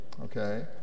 okay